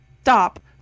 stop